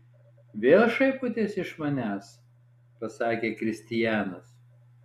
vėl šaipotės iš manęs pasakė kristianas